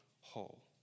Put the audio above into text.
whole